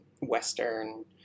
Western